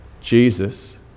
Jesus